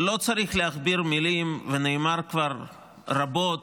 לא צריך להכביר מילים ונאמר כבר רבות,